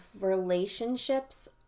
relationships